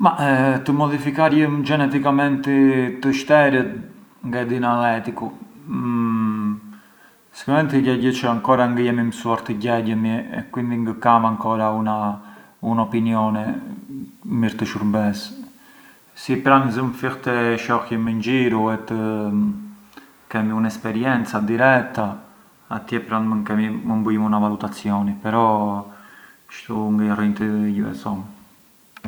Ma të modifikarjëm geneticamenti të shterët ngë e di na ë eticu, sicuramenti ë gjagjë çë ancora ngë jemi mësuar të gjegjemi e quindi ngë kam ancora una… un’opinione mbi këtë shurbes, si pran zën fill të e shohjëm in giru e të kemi un’esperienza diretta atje pran mankari mënd bujëm una valutazioni però kështu ngë jarrënj të jue thom.